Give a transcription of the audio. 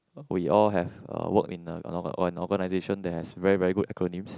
we all have uh worked in a an organisation that has very very good acronyms